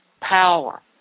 power